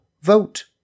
vote